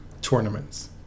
tournaments